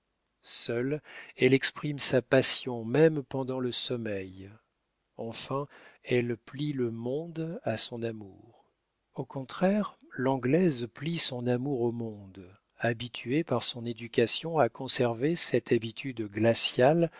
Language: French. seule elle exprime sa passion même pendant le sommeil enfin elle plie le monde à son amour au contraire l'anglaise plie son amour au monde habituée par son éducation à conserver cette habitude glaciale